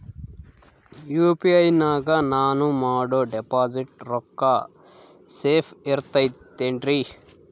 UPI ನಾಗ ನಾನು ಮಾಡೋ ಡಿಪಾಸಿಟ್ ರೊಕ್ಕ ಸೇಫ್ ಇರುತೈತೇನ್ರಿ?